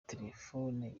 telefone